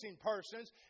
persons